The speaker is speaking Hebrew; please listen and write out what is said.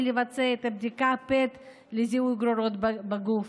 לבצע את בדיקת PET לזיהוי גרורות בגוף.